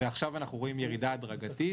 ועכשיו אנחנו רואים ירידה הדרגתית.